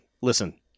Listen